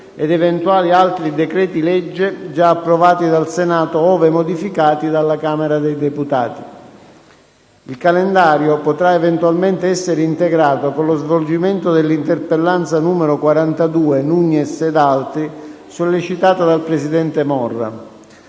ed eventuali altri decreti-legge giaapprovati dal Senato, ove modificati dalla Camera dei deputati. Il calendario potra eventualmente essere integrato con lo svolgimento dell’interpellanza n. 42, Nugnes ed altri, sollecitata dal presidente Morra.